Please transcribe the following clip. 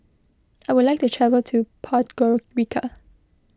I would like to travel to Podgorica